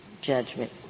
judgment